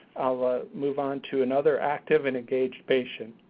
i'll ah move on to another active and engaged patient.